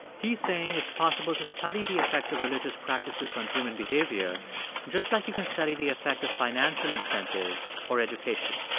he's saying it's possible to study the effects of religious practices on human behavior just like you can study the effect of financial incentives or education